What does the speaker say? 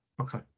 Okay